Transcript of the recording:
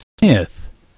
Smith